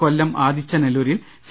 കൊല്ലം ആദിച്ചനല്ലൂരിൽ സി